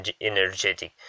energetic